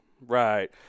right